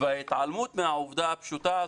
וההתעלמות מהעובדה הפשוטה הזאת,